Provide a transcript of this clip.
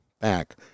back